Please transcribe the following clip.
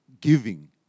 giving